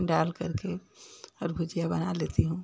डाल कर के और भुजिया बना लेती हूँ